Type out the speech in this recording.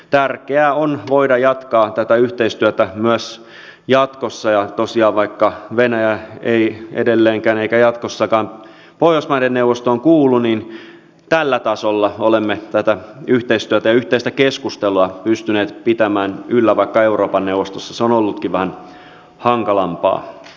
tärkeää on voida jatkaa tätä yhteistyötä myös jatkossa ja tosiaan vaikka venäjä ei edelleenkään eikä jatkossakaan pohjoismaiden neuvostoon kuulu tällä tasolla olemme tätä yhteistyötä ja yhteistä keskustelua pystyneet pitämään yllä vaikka euroopan neuvostossa se on ollutkin vähän hankalampaa